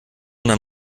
nahm